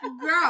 girl